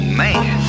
man